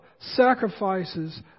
Sacrifices